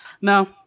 no